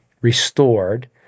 restored